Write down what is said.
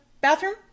bathroom